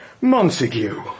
Montague